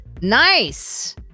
nice